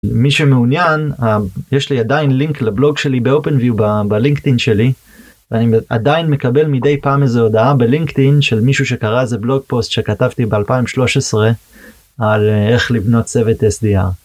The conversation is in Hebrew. מי שמעוניין, יש לי עדיין לינק לבלוג שלי באופן ויו בלינקדין שלי ואני עדיין מקבל מדי פעם איזה הודעה בלינקדין של מישהו שקרא איזה בלוג פוסט שכתבתי ב2013 על איך לבנות צוות SDR.